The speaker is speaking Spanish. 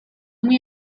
muy